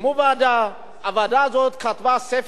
הוועדה הזאת כתבה ספר עבה כזה,